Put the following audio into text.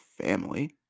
family